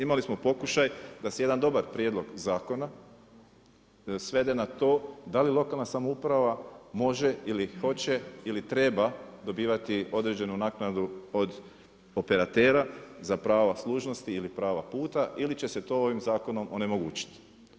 Imali smo pokušaj da se jedan dobar prijedlog zakona svede na to da li lokalne samouprava može ili hoće ili treba dobivati određenu naknadu od operatera za prava služnosti ili prava puta ili će se to ovim zakonom onemogućiti.